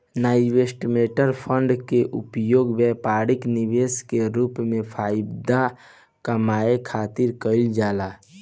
investment fund के उपयोग व्यापारी निवेश के रूप में फायदा कामये खातिर कईल जाला